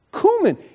cumin